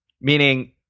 Meaning